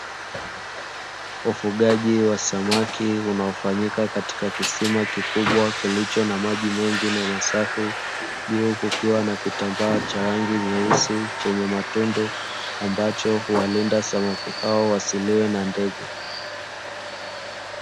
Ufugaji wa samaki unaofanyika katika kisima kikubwa kilicho na maji mengi na masafi. Juu kukiwa na kitambaa cha rangi nyeusi chenye matundu ambacho huwalinda samaki hao wasiliwe na ndege.